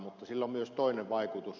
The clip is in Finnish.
mutta sillä on myös toinen vaikutus